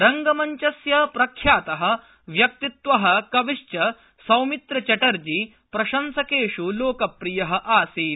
रंगमंचस्य प्रख्यात व्यक्तित्व कविश्च सौमित्रचटर्जी प्रशसंकेष् लोकप्रिय आसीत्